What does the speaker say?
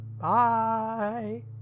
bye